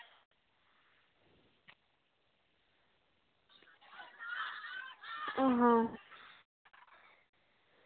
ᱚᱸᱻ ᱦᱚᱸ